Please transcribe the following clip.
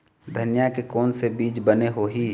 धनिया के कोन से बीज बने होही?